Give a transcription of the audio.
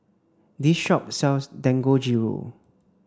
this shop sells Dangojiru